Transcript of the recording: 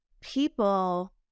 people